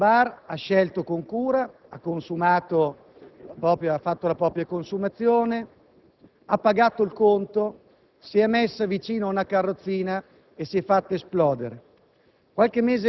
Questo bar lo ha scelto con cura, ha fatto la propria consumazione, ha pagato il conto, si è messa vicina a una carrozzina e si è fatta esplodere.